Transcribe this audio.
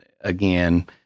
again